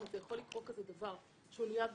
ויכול להיות דבר כזה.